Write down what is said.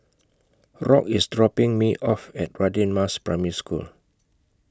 Rock IS dropping Me off At Radin Mas Primary School